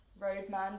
roadman